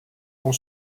ont